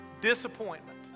disappointment